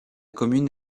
commune